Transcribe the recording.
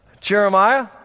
Jeremiah